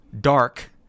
dark